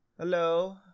Hello